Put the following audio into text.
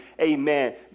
amen